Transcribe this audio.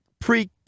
pre